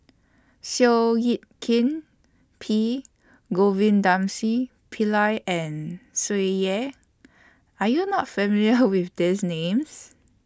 Seow Yit Kin P Pillai and Tsung Yeh Are YOU not familiar with These Names